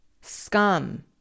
scum